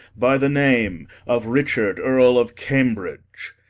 by the name of richard earle of cambridge.